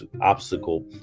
obstacle